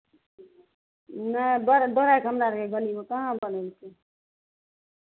नहि दोहराय कऽ हमरा आरके गलीमे कहाँ बनेलकै